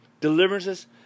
deliverances